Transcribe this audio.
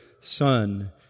son